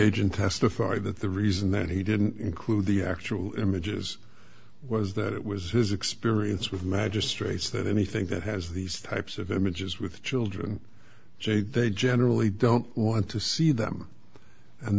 agent testified that the reason that he didn't include the actual images was that it was his experience with magistrates that anything that has these types of images with children jake they generally don't want to see them and